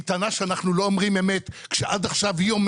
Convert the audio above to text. היא טענה שאנחנו לא אומרים אמת כשעד עכשיו היא לא